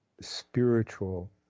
spiritual